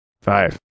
Five